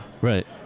right